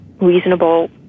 reasonable